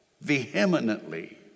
vehemently